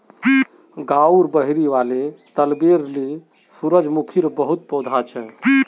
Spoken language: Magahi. गांउर बहिरी वाले तलबेर ली सूरजमुखीर बहुत पौधा छ